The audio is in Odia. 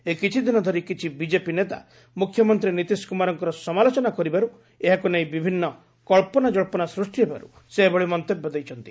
ଏଇ କିଛି ଦିନ ଧରି କିଛି ବିଜେପି ନେତା ମୁଖ୍ୟମନ୍ତ୍ରୀ ନିତିଶ କ୍ରମାରଙ୍କର ସମାଲୋଚନା କରିବାର୍ତ ଏହାକୁ ନେଇ ବିଭିନ୍ନ କ୍ସନାଜ୍ମବ୍ଧନା ସୃଷ୍ଟି ହେବାରୁ ସେ ଏଭଳି ମନ୍ତବ୍ୟ ଦେଇଛନ୍ତି